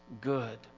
good